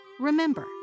Remember